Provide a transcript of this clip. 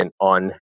on